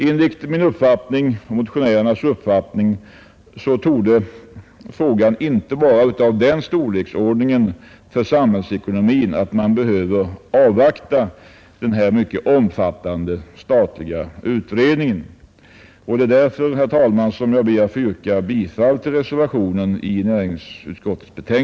Enligt motionärernas uppfattning är frågan inte av den storleksordningen för samhällsekonomin att man behöver avvakta den mycket omfattande statliga utredningen. Jag ber därför, herr talman, att få yrka bifall till reservationen.